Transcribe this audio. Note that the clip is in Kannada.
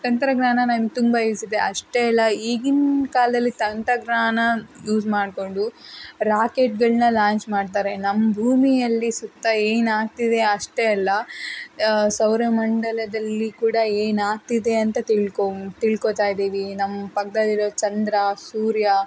ತಂತ್ರಜ್ಞಾನ ನನಗೆ ತುಂಬ ಯೂಸ್ ಇದೆ ಅಷ್ಟೇ ಅಲ್ಲ ಈಗಿನ ಕಾಲದಲ್ಲಿ ತಂತ್ರಜ್ಞಾನ ಯೂಸ್ ಮಾಡಿಕೊಂಡು ರಾಕೆಟ್ಟುಗಳ್ನ ಲಾಂಚ್ ಮಾಡ್ತಾರೆ ನಮ್ಮ ಭೂಮಿಯಲ್ಲಿ ಸುತ್ತ ಏನಾಗ್ತಿದೆ ಅಷ್ಟೇ ಅಲ್ಲ ಸೌರಮಂಡಲದಲ್ಲಿ ಕೂಡ ಏನಾಗ್ತಿದೆ ಅಂತ ತಿಳ್ಕೊ ತಿಳ್ಕೊತಾ ಇದೀವಿ ನಮ್ಮ ಪಕ್ಕದಲ್ಲಿರೋ ಚಂದ್ರ ಸೂರ್ಯ